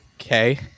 okay